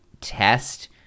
test